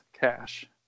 cash